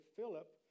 Philip